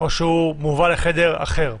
או שהוא מובא לחדר אחר?